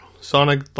Sonic